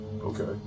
okay